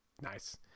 nice